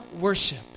worship